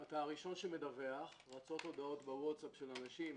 אתה הראשון שמדווח - רצות הודעות בווטסאפ של אנשים